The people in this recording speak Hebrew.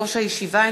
יושבת-ראש הישיבה,